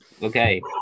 Okay